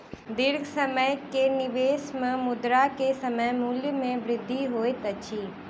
दीर्घ समय के निवेश में मुद्रा के समय मूल्य में वृद्धि होइत अछि